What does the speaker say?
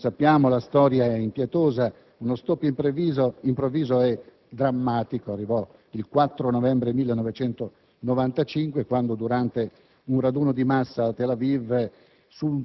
come sappiamo, la storia è impietosa: uno stop improvviso e drammatico arrivò il 4 novembre 1995, quando, durante un raduno di massa a Tel Aviv